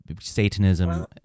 Satanism